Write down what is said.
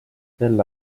sel